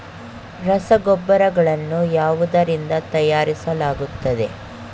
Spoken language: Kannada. ರಸಗೊಬ್ಬರಗಳನ್ನು ಯಾವುದರಿಂದ ತಯಾರಿಸಲಾಗುತ್ತದೆ?